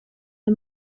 the